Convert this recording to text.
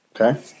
okay